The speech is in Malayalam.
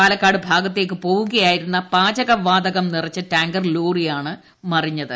പാലക്കാട് ഭാഗത്തേക്ക് പോവുകയായിരുന്ന പാചകവാതകം നിറച്ച ടാങ്കർ ലോറിയാണ് മറിഞ്ഞത്